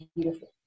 beautiful